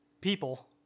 people